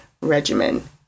regimen